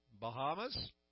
Bahamas